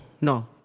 No